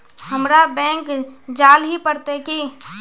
हमरा बैंक जाल ही पड़ते की?